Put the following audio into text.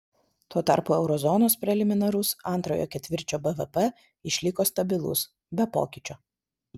tuo tarpu euro zonos preliminarus antrojo ketvirčio bvp išliko stabilus be pokyčio